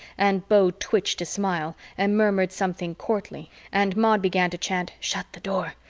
and beau twitched a smile and murmured something courtly and maud began to chant, shut the door!